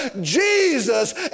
Jesus